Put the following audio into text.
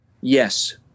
Yes